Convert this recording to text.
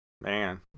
Man